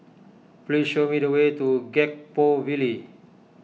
please show me the way to Gek Poh Ville